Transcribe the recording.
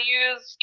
use